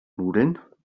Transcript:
nudeln